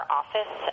office